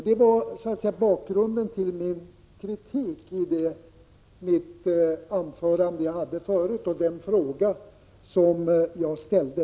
Det var bakgrunden till min kritik i mitt tidigare anförande och den fråga som jag ställde.